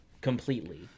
completely